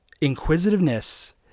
inquisitiveness